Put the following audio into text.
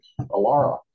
Alara